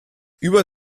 über